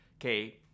okay